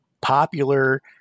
popular